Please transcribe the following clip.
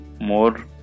more